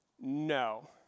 no